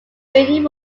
building